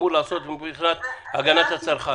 שאמור לעסוק בהגנת הצרכן.